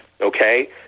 Okay